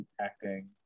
acting